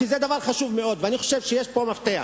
כי זה דבר חשוב מאוד ואני חושב שיש פה מפתח.